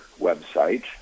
website